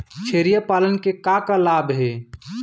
छेरिया पालन के का का लाभ हे?